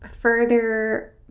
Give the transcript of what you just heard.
further